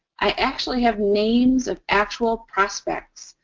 i actually have names of actual prospects.